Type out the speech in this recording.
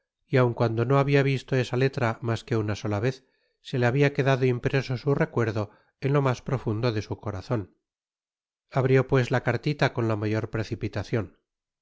y aun cuando no habia visto esa letramas que una sola vez se le habia quedado impreso su recuerdo en lo mas profundo de su corazon abrió pues la cartita con la mayor precipitacion